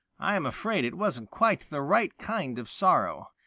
i am afraid it wasn't quite the right kind of sorrow.